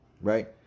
Right